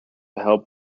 help